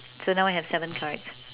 so now we have seven cards